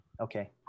Okay